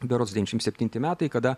berods devyniasdešimt septinti metai kada